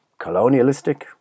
colonialistic